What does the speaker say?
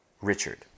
Richard